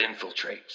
infiltrates